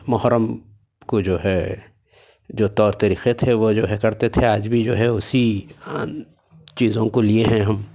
محرم کو جو ہے جو طور طریقے تھے وہ جو ہے کرتے تھے آج بھی جو ہے اُسی چیزوں کو لئے ہیں ہم